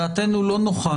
דעתנו לא נוחה